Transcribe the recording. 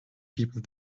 people